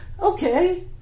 okay